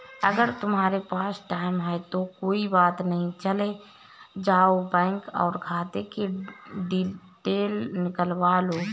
अगर तुम्हारे पास टाइम है तो कोई बात नहीं चले जाओ बैंक और खाते कि डिटेल निकलवा लो